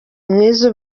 mwiza